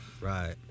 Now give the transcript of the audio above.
right